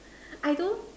I don't